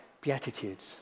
Beatitudes